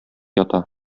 ята